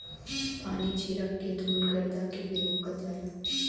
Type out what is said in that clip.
पानी छीरक के धुल गरदा के भी रोकल जाला